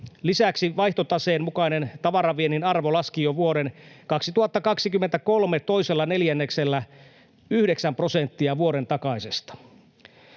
Lisäksi vaihtotaseen mukainen tavaraviennin arvo laski jo vuoden 2023 toisella neljänneksellä 9 prosenttia vuoden takaisesta.